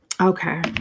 Okay